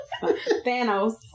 Thanos